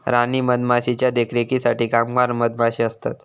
राणी मधमाशीच्या देखरेखीसाठी कामगार मधमाशे असतत